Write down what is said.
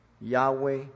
Yahweh